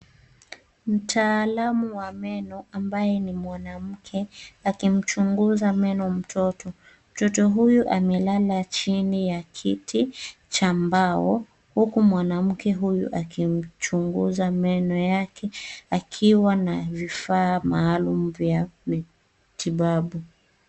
Mtaalamu wa meno ambaye ni mwanamke, akimchunguza meno mtoto. Mtoto huyu amelala chini ya kiti cha mbao huku mwanamke huyo akimchunguza meno yake akiwa na vifaa maalum vya matibabu.